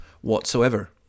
whatsoever